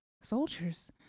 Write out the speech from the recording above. soldiers